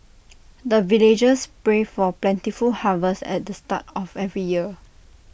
the villagers pray for plentiful harvest at the start of every year